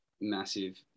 massive